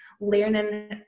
learning